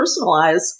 personalize